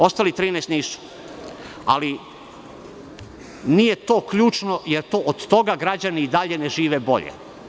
Ostalih 13 nisu, ali to nije ključno, jer od toga građani i dalje ne žive bolje.